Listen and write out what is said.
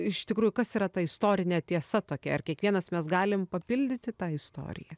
iš tikrųjų kas yra ta istorinė tiesa tokia ar kiekvienas mes galim papildyti tą istoriją